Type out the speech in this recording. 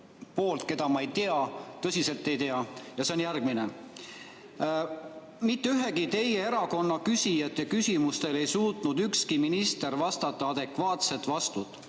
poolt, keda ma ei tea, tõsiselt ei tea. See on järgmine: "Mitte ühegi teie erakonna küsijate küsimustele ei suutnud ükski minister vastata adekvaatset vastust.